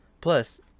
plus